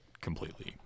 completely